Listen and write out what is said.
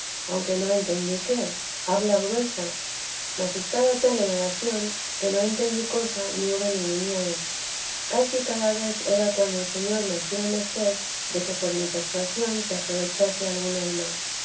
aunque no entendí qué habla fuese mas estaba tan en oración que no entendí cosa ni hube ningún miedo casi cada vez era cuando el señor me hacía merced de que por mi persuasión se aprovechase algún alma